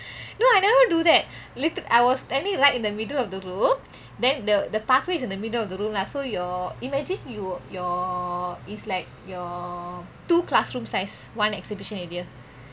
no I never do that liter~ I was standing right in the middle of the row then the pathways in the middle of the room lah so your imagine you your is like your two classroom size one exhibition area